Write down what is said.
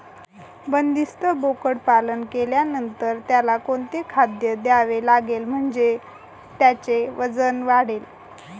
बंदिस्त बोकडपालन केल्यानंतर त्याला कोणते खाद्य द्यावे लागेल म्हणजे त्याचे वजन वाढेल?